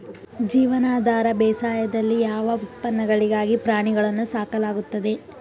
ಜೀವನಾಧಾರ ಬೇಸಾಯದಲ್ಲಿ ಯಾವ ಉತ್ಪನ್ನಗಳಿಗಾಗಿ ಪ್ರಾಣಿಗಳನ್ನು ಸಾಕಲಾಗುತ್ತದೆ?